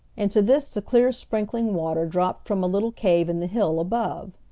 into this the clear sprinkling water dropped from a little cave in the hill above.